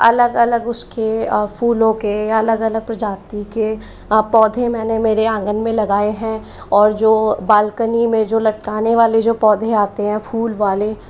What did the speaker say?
अलग अलग उसके फूलों के अलग अलग प्रजाति के पौधे मैंने मेरे आँगन में लगाए हैं और जो बालकनी में जो लटकाने वाले जो पौधे आते हैं फूल वाले